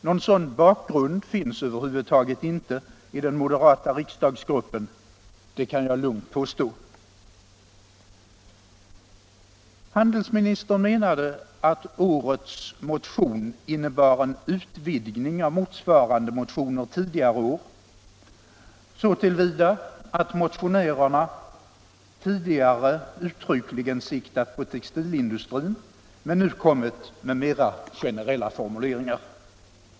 Någon sådan bakgrund finns över huvud taget inte i den moderata riksdagsgruppen, det kan jag lugnt påstå. Handelsministern menade att årets motion innebar en utvidgning av motsvarande motioner tidigare år så till vida att motionärerna tidigare uttryckligen siktat på textilindustrin men nu kommit med mera generella formuleringar.